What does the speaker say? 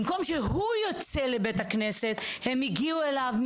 במקום שהוא ייצא לבית הכנסת הם הגיעו אליו,